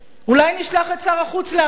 אולי נשלח את שר החוץ להסביר.